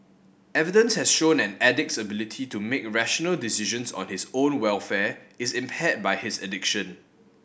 evidence has shown an addict's ability to make rational decisions on his own welfare is impaired by his addiction